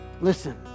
listen